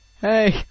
hey